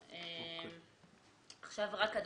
אדוני,